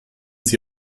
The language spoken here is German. sie